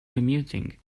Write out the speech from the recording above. commuting